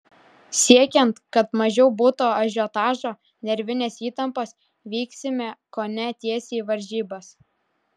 siekiant kad mažiau būtų ažiotažo nervinės įtampos vyksime kone tiesiai į varžybas